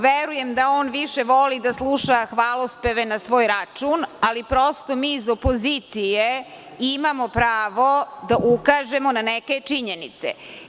Verujem da on više voli da sluša hvalospeve na svoj račun, ali prosto mi iz opozicije imamo pravo da ukažemo na neke činjenice.